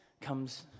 comes